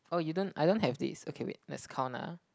oh you don't I don't have this okay wait let's count ah